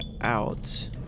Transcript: out